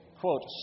quote